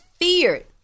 feared